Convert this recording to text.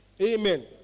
Amen